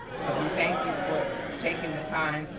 so we thank you for taking the time,